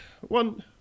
one